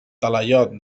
talaiot